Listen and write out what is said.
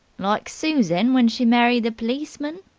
like susan when she married the pleeceman.